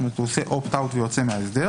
זאת אומרת, הוא עושה opt out ויוצא מההסדר.